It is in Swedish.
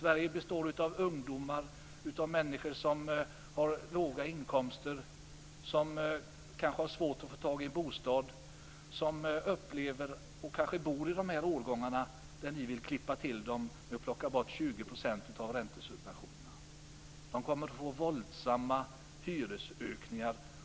Sverige består av ungdomar, människor som har låga inkomster, som kanske har svårt att få tag i en bostad, som kanske bor i de årgångar där ni vill klippa till med att plocka bort 20 % av räntesubventionerna.